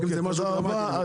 תודה רבה.